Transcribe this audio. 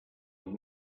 and